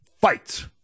fight